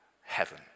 Heaven